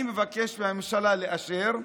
אני מבקש מהממשלה לאשר.